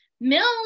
Mill